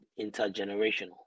intergenerational